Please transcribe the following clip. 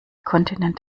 kontinent